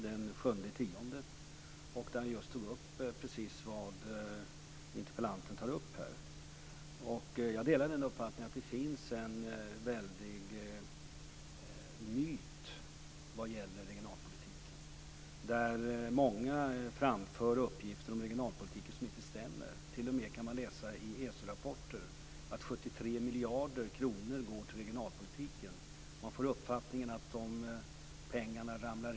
Men vi har fått ett tudelat Sverige, där det inte går bra för många människor och där det framför allt inte går bra för många regioner.